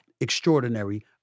extraordinary